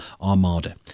Armada